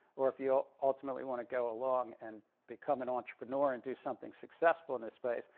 or if you ultimately want to go along and become an entrepreneur and do something successful in this space,